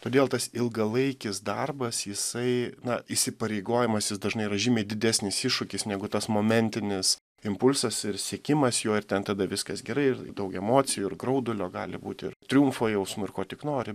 todėl tas ilgalaikis darbas jisai na įsipareigojimas jis dažnai yra žymiai didesnis iššūkis negu tas momentinis impulsas ir siekimas jo ir ten tada viskas gerai ir daug emocijų ir graudulio gali būti ir triumfo jausmo ir ko tik nori